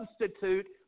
substitute